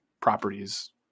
properties